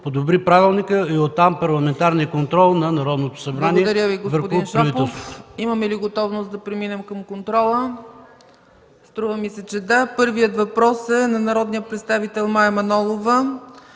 подобри правилникът и оттам парламентарният контрол на Народното събрание върху правителството.